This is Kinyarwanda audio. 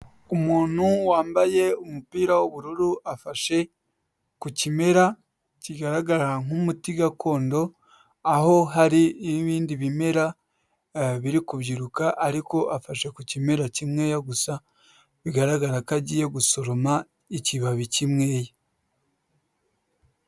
Umuntu wambaye umupira w'ubururu afashe ku kimera kigaragara nk'umuti gakondo, aho hari n'ibindi bimera biri kubyiruka ariko afashe ku kimera kimwe gusa bigaragara ko agiye gusoroma ikibabi kimwe.